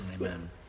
Amen